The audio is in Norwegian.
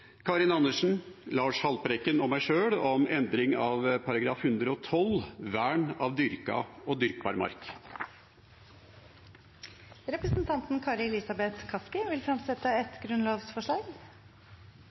Karin Andersen, Lars Haltbrekken og meg sjøl om endring av § 112, vern av dyrka og dyrkbar mark. Representanten Kari Elisabeth Kaski vil fremsette et